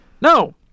No